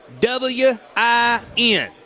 W-I-N